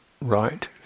right